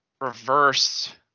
reverse